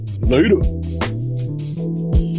later